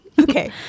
Okay